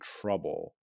trouble